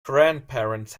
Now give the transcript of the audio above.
grandparents